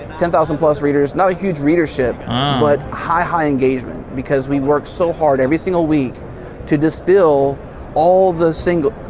ten thousand plus readers, not a huge leadership but high, high, engagement because we work so hard every single week to distil all the single